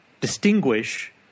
distinguish